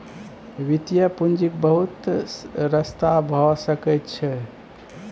वित्तीय पूंजीक बहुत रस्ता भए सकइ छै